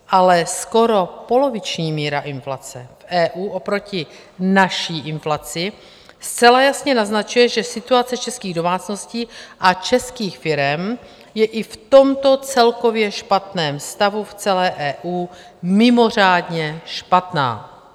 Ale skoro poloviční míra inflace v EU oproti naší inflaci zcela jasně naznačuje, že situace českých domácností a českých firem je i v tomto celkově špatném stavu v celé EU mimořádně špatná.